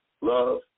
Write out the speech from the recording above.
love